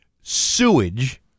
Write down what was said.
sewage